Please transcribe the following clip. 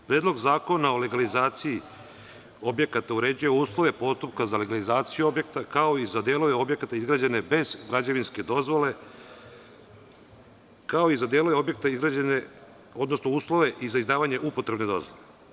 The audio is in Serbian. Predlog zakona o legalizaciji objekata uređuje uslove postupka za legalizaciju objekta, kao i za delove objekata izgrađene bez građevinske dozvole, kao i za delove objekta izgrađene, odnosno uslove za izdavanje upotrebne dozvole.